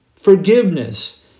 forgiveness